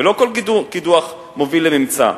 ולא כל קידוח מוביל לממצא.